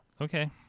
Okay